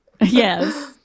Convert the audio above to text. Yes